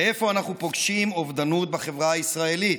ואיפה אנחנו פוגשים אובדנות בחברה הישראלית?